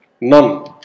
None